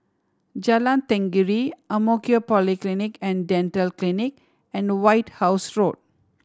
Jalan Tenggiri Ang Mo Kio Polyclinic and Dental Clinic and White House Road